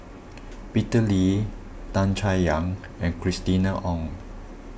Peter Lee Tan Chay Yan and Christina Ong